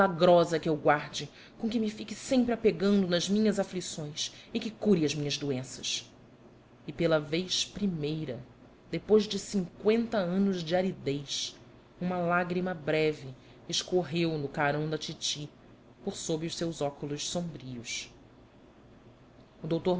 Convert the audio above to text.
milagrosa que eu guarde com que me fique sempre apegando nas minhas aflições e que cure as minhas doenças e pela vez primeira depois de cinqüenta anos de aridez uma lágrima breve escorregou no carão da titi por sob os seus óculos sombrios o doutor